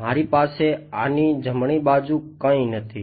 મારી પાસે આની જમણી બાજુ કંઈ નથી